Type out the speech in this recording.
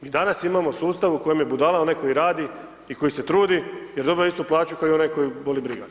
Mi danas imamo sustav u kojem je budala onaj koji radi i koji se trudi jer dobiva istu plaću kao i onaj kojeg boli briga.